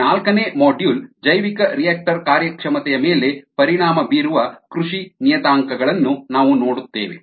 ಈ ನಾಲ್ಕನೇ ಮಾಡ್ಯೂಲ್ ಜೈವಿಕರಿಯಾಕ್ಟರ್ ಕಾರ್ಯಕ್ಷಮತೆಯ ಮೇಲೆ ಪರಿಣಾಮ ಬೀರುವ ಕೃಷಿ ನಿಯತಾಂಕಗಳನ್ನು ನಾವು ನೋಡುತ್ತೇವೆ